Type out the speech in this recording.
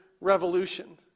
revolution